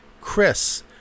chris